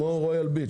כמו רויאל ביץ',